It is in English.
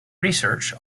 research